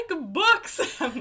books